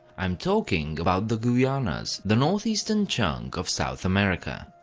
i'm talking about the guianas the north-eastern chunk of south america.